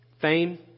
Fame